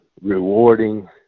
rewarding